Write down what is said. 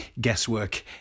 guesswork